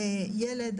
ילד,